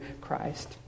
Christ